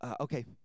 Okay